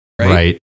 right